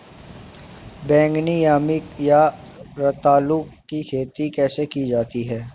बैगनी यामी या रतालू की खेती कैसे की जाती है?